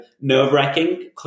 nerve-wracking